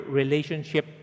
relationship